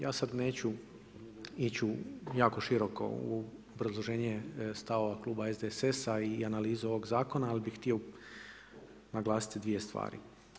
Ja sad neću ići u jako široko u obrazloženje stavova klubova SDSS-a i analizu ovog zakona, ali bi htio naglasiti 2 stvari.